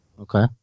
Okay